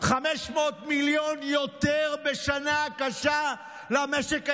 500 מיליון יותר בשנה הקשה למשק הישראלי,